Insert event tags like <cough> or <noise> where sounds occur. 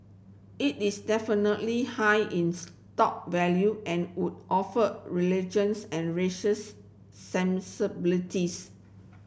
it is definitely high in stock value and would offer religions and <unintelligible> sensibilities